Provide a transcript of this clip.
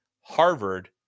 Harvard